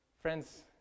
Friends